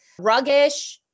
Ruggish